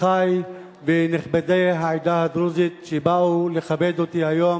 אחי ונכבדי העדה הדרוזית שבאו לכבד אותי היום,